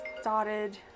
Started